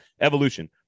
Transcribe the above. evolution